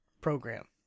program